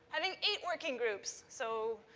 i think eight working groups. so,